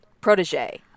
protege